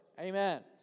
Amen